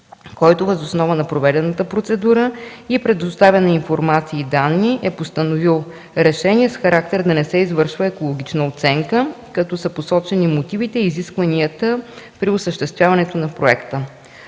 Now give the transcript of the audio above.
който въз основа на проведената процедура и предоставена информация и данни е постановил решение с характер да не се извършва екологична оценка, като са посочени мотивите и изискванията при осъществяването на проекта.